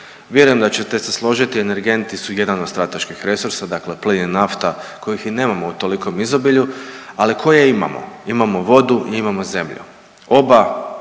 Vjerujem da ćete se složiti energenti su jedan od strateških resursa, dakle plin i nafta kojih nemamo u tolikom izobilju, ali koje imamo. Imamo vodu i imamo zemlju. Oba